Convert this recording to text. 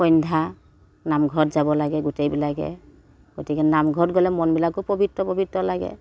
সন্ধ্যা নামঘৰত যাব লাগে গোটেইবিলাকে গতিকে নামঘৰত গ'লে মনবিলাকো পবিত্ৰ পবিত্ৰ লাগে